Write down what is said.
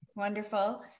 Wonderful